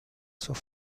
zur